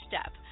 step